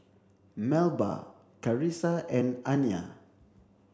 Melba Charissa and Anya